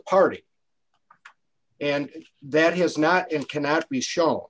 party and that has not in cannot be show